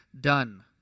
done